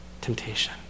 temptation